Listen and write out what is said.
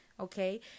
okay